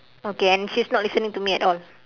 okay and she's not listening to me at all